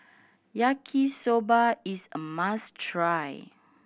Yaki Soba is a must try